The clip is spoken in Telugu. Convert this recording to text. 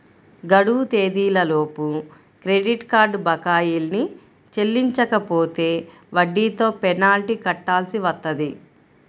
గడువు తేదీలలోపు క్రెడిట్ కార్డ్ బకాయిల్ని చెల్లించకపోతే వడ్డీతో పెనాల్టీ కట్టాల్సి వత్తది